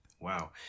Wow